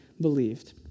believed